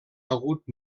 hagut